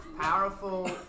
powerful